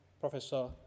Professor